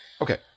Okay